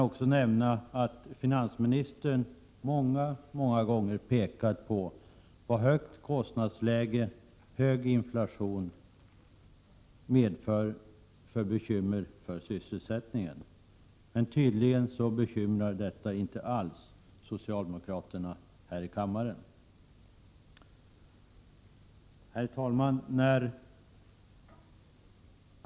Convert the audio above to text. Också finansministern har många gånger visat vad högt kostnadsläge och hög inflation medför för bekymmer för sysselsättningen. Men detta bekymrar tydligen inte alls socialdemokraterna här i kammaren.